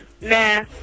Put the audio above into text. Nah